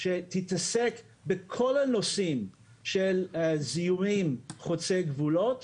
שהתעסק בכל הנושאים של זיהומים חוצי גבולות